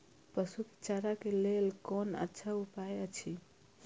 पशु के चारा के लेल कोन अच्छा उपाय अछि?